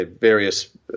various